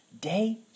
Day